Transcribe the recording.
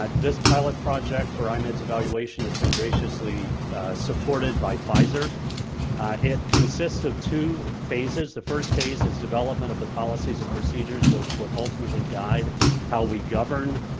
ah this pilot project for imeds-evaluation has been graciously supported by pfizer it consists of two phases. the first phase of development of the policies and procedures which would ultimately guide how we govern,